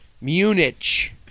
Munich